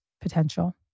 potential